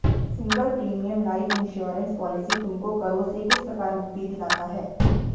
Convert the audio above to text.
Single premium life insurance policy तुमको करों से किस प्रकार मुक्ति दिलाता है?